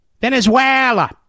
Venezuela